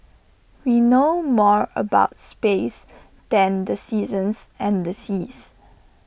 we know more about space than the seasons and the seas